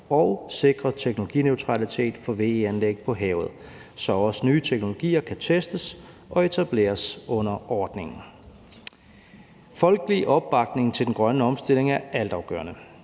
og sikre teknologineutralitet for VE-anlæg på havet, så også nye teknologier kan testes og etableres under ordningen. Folkelig opbakning til den grønne omstilling er altafgørende.